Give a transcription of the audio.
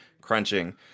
crunching